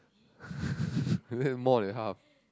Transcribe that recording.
like that more that half